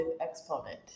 exponent